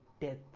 death